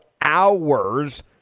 hours